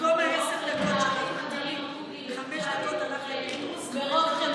במקום העשר דקות, בדיון על